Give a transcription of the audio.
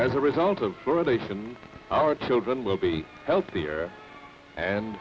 as a result of our children will be healthier and